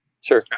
Sure